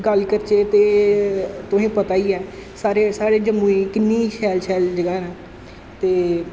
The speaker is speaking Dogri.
गल्ल करचै ते तुसें गी पता गै ऐ सारे साढ़े जम्मू च किन्नी शैल शैल ज'गां न ते